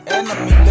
enemy